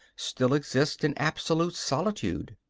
still exist in absolute solitude.